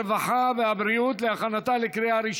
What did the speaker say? הרווחה והבריאות נתקבלה.